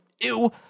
Ew